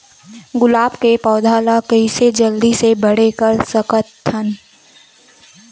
गुलाब के पौधा ल कइसे जल्दी से बड़े कर सकथन?